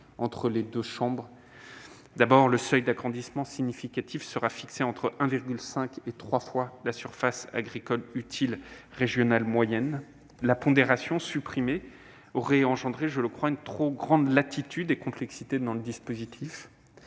entre les deux chambres. Le seuil d'agrandissement significatif sera fixé entre 1,5 et 3 fois la surface agricole utile régionale moyenne. La pondération, supprimée, aurait suscité une trop grande latitude et une trop grande complexité dans le dispositif,